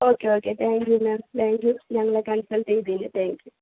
okay okay thank you ma'am thank you ഞങ്ങളെ consult ചെയ്തതിൽ thank U